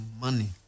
money